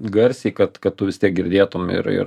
garsiai kad kad tu vis tiek girdėtum ir ir